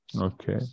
Okay